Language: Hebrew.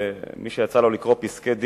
מי שיצא לו לקרוא פסקי-דין